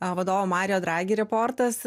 vadovo mario dragi reportas